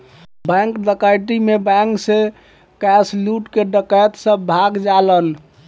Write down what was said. bank डकैती में bank से कैश लूट के डकैत सब भाग जालन